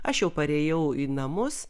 aš jau parėjau į namus